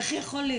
איך יכול להיות?